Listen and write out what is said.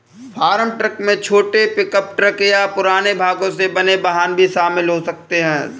farm truck में छोटे pickup truck या पुराने भागों से बने वाहन भी शामिल हो सकते हैं